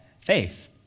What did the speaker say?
faith